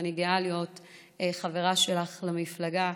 ואני גאה להיות חברה שלך למפלגה,